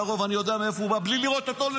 לרוב אני יודע מאיפה הוא בא בלי לראות אותו,